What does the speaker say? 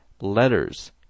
letters